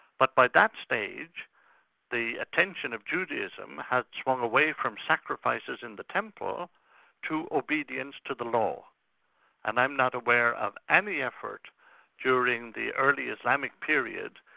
but by that stage the attention of judaism had swung away from sacrifices in the temple to obedience to the law and i'm not aware of any effort during the early islamic period,